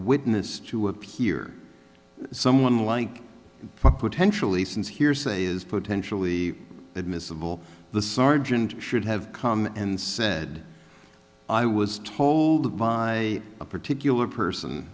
witness to appear someone like potentially since hearsay is potentially admissible the sergeant should have come and said i was told by a particular person